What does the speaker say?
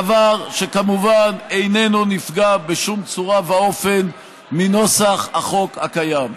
דבר שכמובן איננו נפגע בשום צורה ואופן מנוסח החוק הקיים.